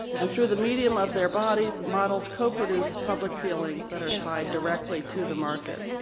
and through the medium of their bodies models co-produce public feelings that are tied directly to the market.